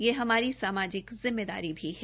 यह हमारी सामाजिक जिम्मेदारी भी है